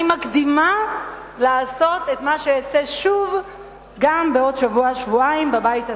אני מקדימה לעשות את מה שאעשה שוב גם בעוד שבוע-שבועיים בבית הזה.